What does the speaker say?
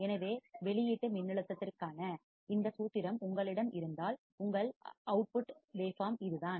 எனவே வெளியீட்டு மின்னழுத்தத்திற்கான அவுட்புட் வோல்டேஜ் இந்த சூத்திரம் உங்களிடம் இருந்தால் உங்கள் வெளியீட்டு அவுட்புட் அலைவடிவம் வேவ் பார்ம் இதுதான்